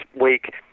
week